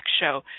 show